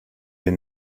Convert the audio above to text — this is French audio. des